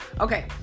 Okay